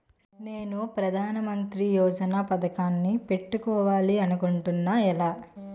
నేను ప్రధానమంత్రి యోజన పథకానికి పెట్టుకోవాలి అనుకుంటున్నా ఎలా?